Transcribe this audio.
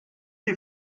die